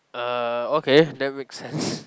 uh okay that makes sense